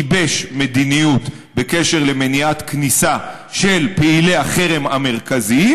גיבש מדיניות בקשר למניעת כניסה של פעילי החרם המרכזיים,